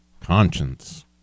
conscience